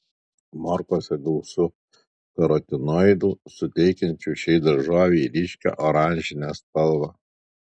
morkose gausu karotinoidų suteikiančių šiai daržovei ryškią oranžinę spalvą